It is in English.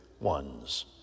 ones